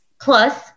plus